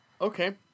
Okay